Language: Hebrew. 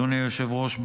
אדוני היושב-ראש,